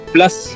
Plus